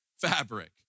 fabric